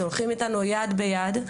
שהולכים איתנו יד ביד,